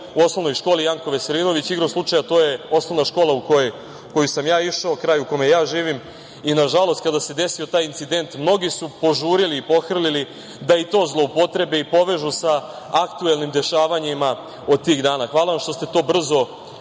u Osnovnoj školi „Janko Veselinović“. Igrom slučaja, to je osnovna škola u koju sam ja išao, kraj u kome ja živim i na žalost kada se desio taj incident mnogi su požurili, pohrlili da i to zloupotrebe i povežu sa aktuelnim dešavanjima od tih dana. Hvala vam što ste to brzo,